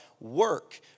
work